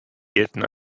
gelten